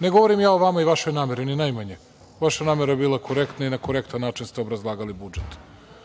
Ne govorim ja o vama i vašoj nameri, ni najmanje, vaša namera je bila korektna i na korektan način ste obrazlagali budžet.